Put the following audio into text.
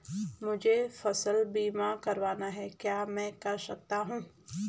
मुझे फसल बीमा करवाना है क्या मैं कर सकता हूँ?